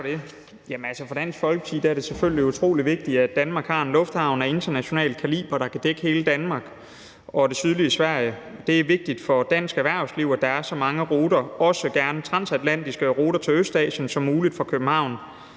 For Dansk Folkeparti er det selvfølgelig utrolig vigtigt, at Danmark har en lufthavn af international kaliber, der kan dække hele Danmark og det sydlige Sverige. Det er vigtigt for dansk erhvervsliv, at der er så mange ruter, også gerne transatlantiske ruter til Østasien, som muligt fra København.